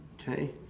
Okay